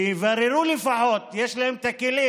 שיבררו לפחות, יש להם את הכלים